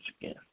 again